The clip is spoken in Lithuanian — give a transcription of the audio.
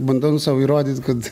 bandau sau įrodyt kad